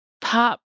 pop